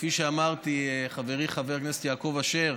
כפי שאמרתי, חברי חבר הכנסת יעקב אשר,